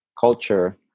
culture